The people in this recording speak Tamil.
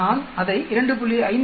நான் அதை 2